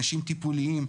אנשים טיפוליים.